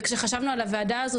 וכשחשבנו על הוועדה הזאת,